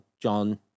John